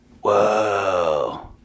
Whoa